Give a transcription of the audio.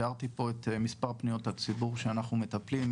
תיארתי פה את מספר פניות הציבור שאנחנו מטפלים.